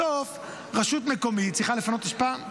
בסוף רשות מקומית צריכה לפנות אשפה,